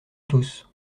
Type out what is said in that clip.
tous